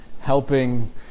helping